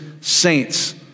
saints